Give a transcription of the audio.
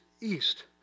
east